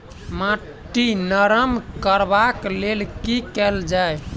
माटि नरम करबाक लेल की केल जाय?